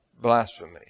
Blasphemy